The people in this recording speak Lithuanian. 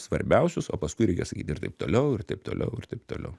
svarbiausius o paskui reikia sakyti ir taip toliau ir taip toliau ir taip toliau